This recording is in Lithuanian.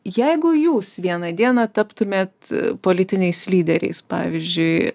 jeigu jūs vieną dieną taptumėt politiniais lyderiais pavyzdžiui